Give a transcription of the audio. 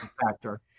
factor